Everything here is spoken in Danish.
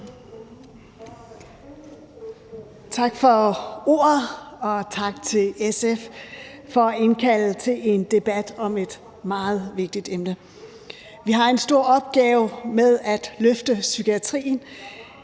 Tak for ordet, og tak til SF for at indkalde til en debat om et meget vigtigt emne. Vi har en stor opgave med at løfte psykiatrien.